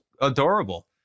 adorable